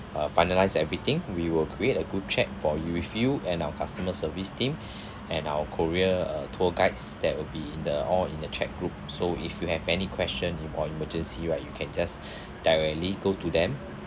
uh finalize everything we will create a good check for you with you and our customer service team and our korea uh tour guides that will be in the all in the chat group so if you have any question you or emergency right you can just directly go to them